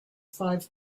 five